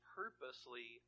purposely